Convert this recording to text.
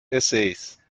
essays